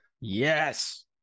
yes